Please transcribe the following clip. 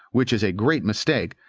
which is a great mistake,